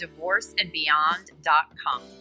divorceandbeyond.com